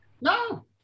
no